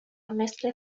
مثل